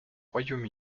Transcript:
royaume